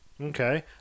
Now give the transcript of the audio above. Okay